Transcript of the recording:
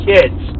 Kids